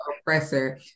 oppressor